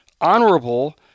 honorable